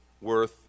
worth